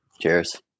Cheers